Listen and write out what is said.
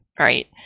Right